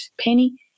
Penny